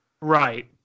Right